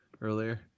earlier